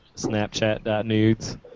Snapchat.Nudes